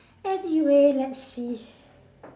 anyway let's see